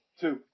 Two